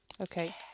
Okay